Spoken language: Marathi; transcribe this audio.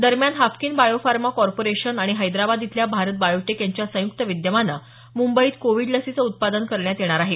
दरम्यान हाफकिन बायोफार्मा कॉर्पोरेशन आणि हैदराबाद इथल्या भारत बायोटेक यांच्या संयुक्त विद्यमानं मुंबईत कोविड लसीचं उत्पादन करण्यात येणार आहे